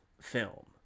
film